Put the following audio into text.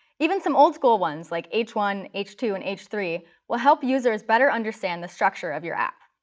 even some old school ones, like h one, h two, and h three will help users better understand the structure of your app.